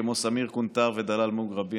כמו סמיר קונטאר ודלאל מוגרבי.